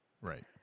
Right